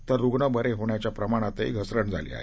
तर रुग्ण बरे होण्याच्या प्रमाणातही घसरण झाली आहे